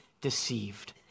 deceived